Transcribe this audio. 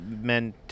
men